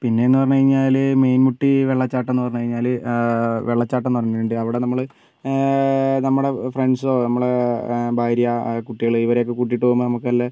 പിന്നെ എന്ന് പറഞ്ഞുകഴിഞ്ഞാൽ മീൻമുട്ടി വെള്ളച്ചാട്ടം എന്ന് പറഞ്ഞുകഴിഞ്ഞാൽ വെള്ളച്ചാട്ടം എന്ന് പറഞ്ഞിട്ടുണ്ട് അവിടെ നമ്മൾ നമ്മളെ ഫ്രണ്ട്സോ നമ്മളെ ഭാര്യ കുട്ടികൾ ഇവരെയൊക്കെ കൂട്ടിയിട്ട് പോകുമ്പോൾ നമുക്ക് നല്ല